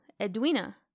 Edwina